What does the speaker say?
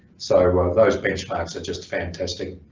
so those benchmarks are just fantastic.